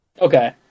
Okay